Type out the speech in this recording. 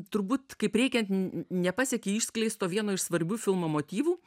turbūt kaip reikiant n nepasiekei išskleisto vieno iš svarbių filmo motyvų